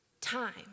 time